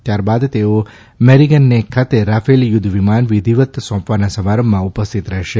ત્યારબાદ તેઓ મેરીગનેક ખાતે રાફેલ યુદ્ધવિમાન વિધીવત સોંપવાના સમારંભમાં ઉપસ્થિત રહેશે